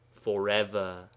forever